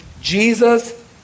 Jesus